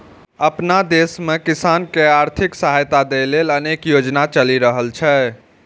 अपना देश मे किसान कें आर्थिक सहायता दै लेल अनेक योजना चलि रहल छै